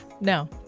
No